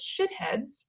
shitheads